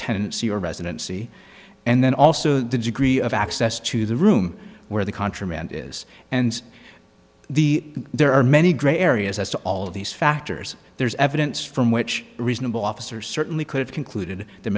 tenancy or residency and then also the degree of access to the room where the contraband is and the there are many gray areas as to all of these factors there's evidence from which reasonable officers certainly could have concluded that